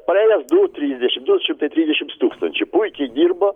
praėjęs du trisdešimt du šimtai trisdešimts tūkstančių puikiai dirbo